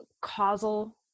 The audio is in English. causal